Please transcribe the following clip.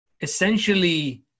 essentially